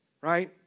right